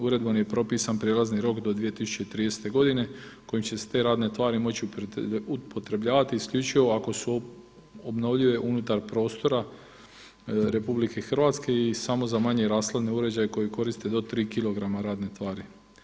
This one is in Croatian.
Uredbom je propisan prijelazni rok do 2030. godine kojim će se te radne tvari moći upotrebljavati isključivo ako su obnovljive unutar prostora RH i samo za manje rashladne uređaje koje koriste do tri kilograma radne tvari.